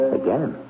again